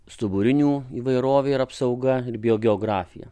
stuburinių įvairovė ir apsauga ir biogeografija